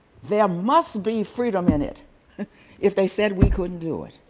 there must be freedom in it if they said we couldn't do it